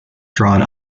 drawn